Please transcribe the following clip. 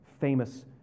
famous